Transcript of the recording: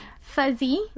fuzzy